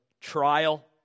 trial